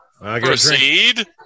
Proceed